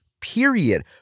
period